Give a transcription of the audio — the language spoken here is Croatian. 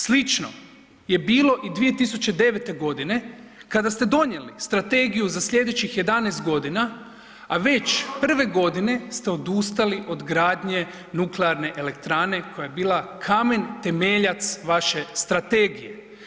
Slično je bilo i 2009. g. kada ste donijeli strategiju za sljedećih 11 godina, a već prve godine ste odustali od gradnje nuklearne elektrane koja je bila kamen temeljac vaše strategije.